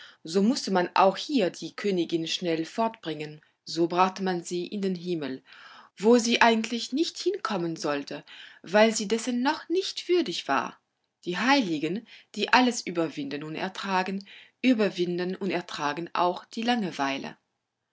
so mußte man auch hier die königin schnell fortbringen so brachte man sie denn in den himmel wo sie eigentlich nicht hinkommen sollte weil sie dessen noch nicht würdig war die heiligen die alles über winden und ertragen überwinden und ertragen auch die langeweile